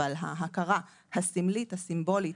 אבל ההכרה הסמלית הסימבולית,